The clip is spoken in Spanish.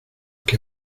que